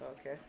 Okay